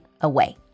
away